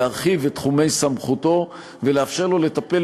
להרחיב את תחומי סמכותו ולאפשר לו לטפל